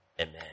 Amen